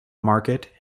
market